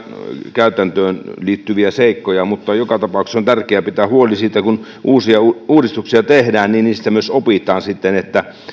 käytäntöön liittyviä seikkoja mutta joka tapauksessa on tärkeää pitää huoli siitä että kun uusia uudistuksia tehdään niin niistä myös sitten opitaan että